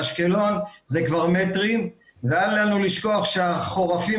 באשקלון זה כבר מטרים ואל לנו לשכוח שהחורפים